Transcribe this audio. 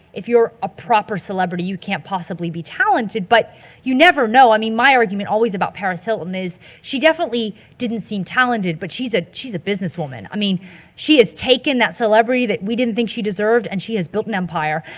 if you're a proper celebrity you can't possibly be talented. but you never know i mean my argument always about paris hilton is she definitely didn't seem talented but she's a, she's a businesswoman. i mean she has taken that celebrity that we didn't think she deserved and she has built an empire.